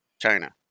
China